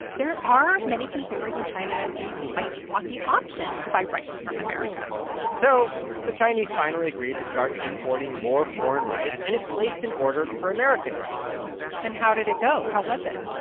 there are many consumers in china who might want the option to buy rice from america so the chinese finally agreed to start importing more foreign rice, and it placed an order for american rice and how did it go? how was it?